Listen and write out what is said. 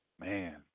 Man